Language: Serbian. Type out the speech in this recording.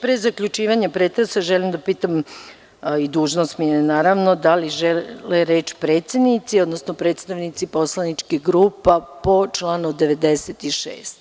Pre zaključivanja pretresa, želim da pitam, dužnost mi je, da li žele reč predsednici, odnosno predstavnici poslaničkih grupa po članu 96?